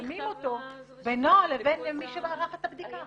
מפרסמים אותו בינו לבין מי שערך את הבדיקה.